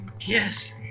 Yes